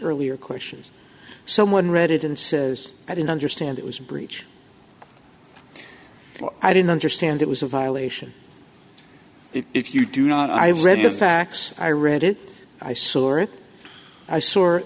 earlier questions someone read it and says i didn't understand it was a breach i didn't understand it was a violation if you do not i read the facts i read it i saw it i